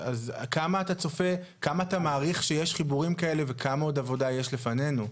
כמה אתה מעריך שיש חיבורים כאלה וכמה עוד עבודה יש לפנינו?